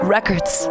Records